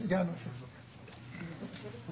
הרבה דברים שלא התבססו